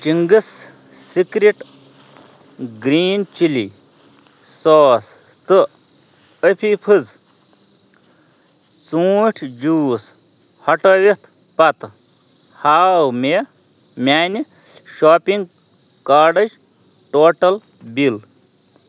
Ching's secret green chilli sauce تہٕ Appy Fizz ژوٗنٛٹھۍ juice ہٹاوِتھ پَتہٕ ہاو مےٚ میٛانہِ شاپِنٛگ کارڈٕچ ٹوٹَل بِل